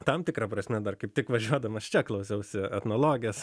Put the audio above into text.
tam tikra prasme dar kaip tik važiuodamas čia klausiausi etnologės